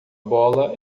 bola